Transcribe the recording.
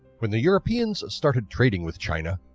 when the europeans started trading with china,